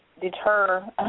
deter